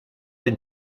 den